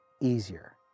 easier